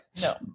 No